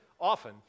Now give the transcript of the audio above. often